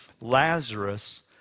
Lazarus